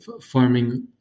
farming